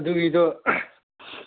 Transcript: ꯑꯗꯨꯒꯤꯗꯣ